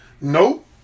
Nope